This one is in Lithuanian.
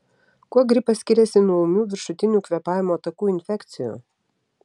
kuo gripas skiriasi nuo ūmių viršutinių kvėpavimo takų infekcijų